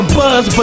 buzz